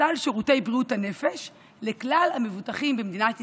סל שירותי בריאות הנפש לכלל המבוטחים במדינת ישראל,